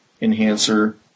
enhancer